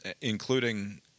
including